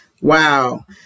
Wow